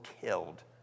killed